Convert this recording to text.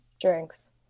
Drinks